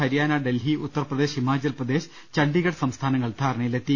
ഹരിയാന ഡൽഹി ഉത്തർപ്രദേശ് ഹിമാചൽ പ്രദേശ് ചണ്ഡീഗഡ് സംസ്ഥാനങ്ങൾ ധാരണയിലെത്തി